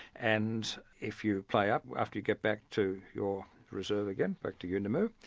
and if you play up after you get back to your reserve again, back to yuendamu,